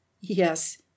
Yes